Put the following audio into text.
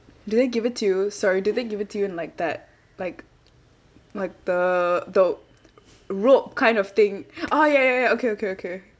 do they give it to you sorry do they give it to you in like that like like the the rope kind of thing orh ya ya ya okay okay okay